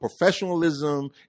professionalism